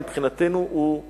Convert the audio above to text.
מבחינתנו זה